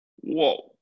Whoa